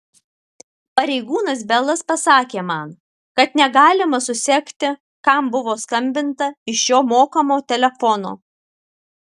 pareigūnas belas pasakė man kad negalima susekti kam buvo skambinta iš šio mokamo telefono